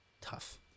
Tough